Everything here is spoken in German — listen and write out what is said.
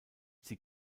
sie